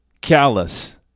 callous